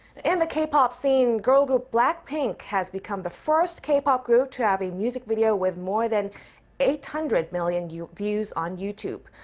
the and k-pop scene, girl group blackpink has become the first k-pop group to have a music video with more than eight hundred million views on youtube.